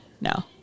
no